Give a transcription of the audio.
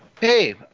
Hey